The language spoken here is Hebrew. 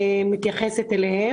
כמובן התכנית מתייחסת לכמה תחומים